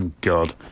god